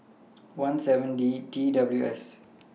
I seven D T W S